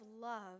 love